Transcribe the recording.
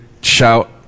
shout